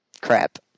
crap